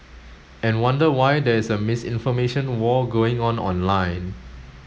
and wonder why there is a misinformation war going on online